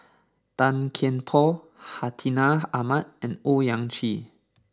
Tan Kian Por Hartinah Ahmad and Owyang Chi